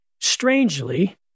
Strangely